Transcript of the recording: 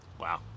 Wow